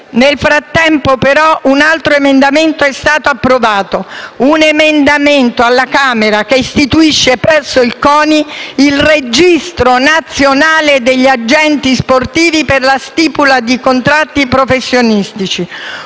Nel frattempo, però, alla Camera dei deputati è stato approvato un emendamento che istituisce presso il CONI il Registro nazionale degli agenti sportivi per la stipula di contratti professionistici: